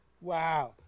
wow